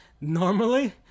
normally